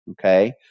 okay